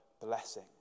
blessing